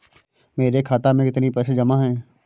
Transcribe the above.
मेरे खाता में कितनी पैसे जमा हैं?